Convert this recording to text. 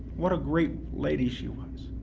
what a great lady she was,